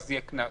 יהיה קנס.